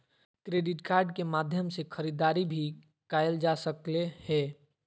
credit card के माध्यम से खरीदारी भी कायल जा सकले हें